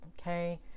Okay